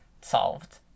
solved